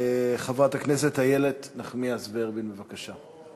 חברת הכנסת איילת נחמיאס ורבין, בבקשה.